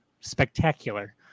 spectacular